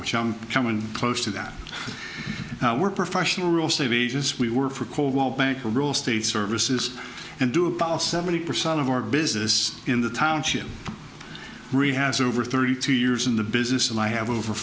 which are coming close to that were professional real stages we work for coldwell banker real state services and do about seventy percent of our business in the township ri has over thirty two years in the business and i have over